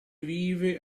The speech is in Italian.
vive